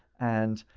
and